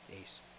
ace